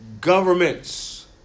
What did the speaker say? governments